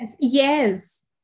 yes